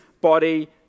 body